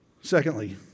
Secondly